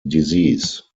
disease